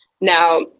Now